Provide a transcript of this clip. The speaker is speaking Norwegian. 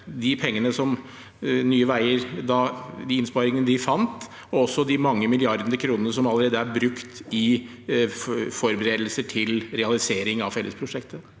de innsparingene, som Nye veier fant, også om de mange milliarder kronene som allerede er brukt i forberedelser til realisering av fellesprosjektet?